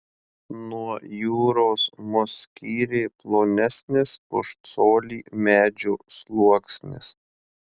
nuo jūros mus skyrė plonesnis už colį medžio sluoksnis